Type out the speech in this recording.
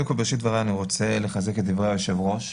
בראשית דבריי אני רוצה לחזק את דברי היושב-ראש.